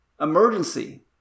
emergency